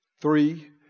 three